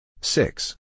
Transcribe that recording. Six